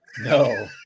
No